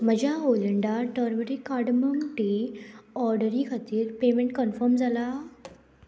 म्हज्या ओलंडा turmeric cardamom tea ऑर्डरी खातीर पेमेंट कन्फर्म जाला